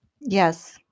Yes